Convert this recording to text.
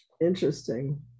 interesting